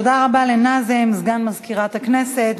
תודה רבה לנאזם, סגן מזכירת הכנסת.